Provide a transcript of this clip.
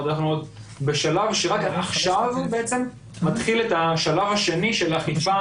אנחנו עוד בשלב שרק עכשיו מתחיל השלב השני של האכיפה